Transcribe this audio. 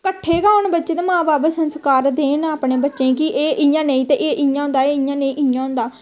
कट्ठे गै होन बच्चे ते मां बब्ब संस्कार देन अपने बच्चें गी कि एह् इ'यां नेईं ते इ'यां होंदा इ'यां नेईं इ'यां होंदा